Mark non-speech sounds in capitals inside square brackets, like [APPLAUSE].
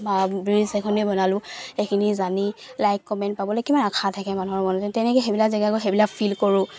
বা [UNINTELLIGIBLE] এখনেই বনালো সেইখিনি জানি লাইক কমেণ্ট পাবলৈ কিমান আশা থাকে মানুহৰ মনত তেনেকৈ সেইবিলাক জেগা গৈ সেইবিলাক ফিল কৰো